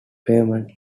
pavement